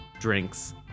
drinks